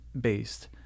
based